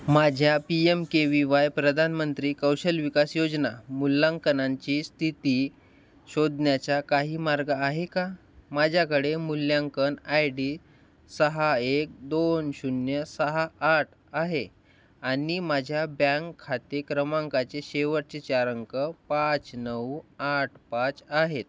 माझ्या P M K V प्रधानमंत्री कौशल विकास योजना मूल्याकनांची स्थिती शोधण्याचा काही मार्ग आहे का माझ्याकडे मूल्यांकन आय डी सहा एक दोन शून्य सहा आठ आहे आणि माझ्या बँक खाते क्रमांकाचे शेवटचे चार अंक पाच नऊ आठ पाच आहेत